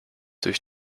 durch